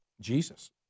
Jesus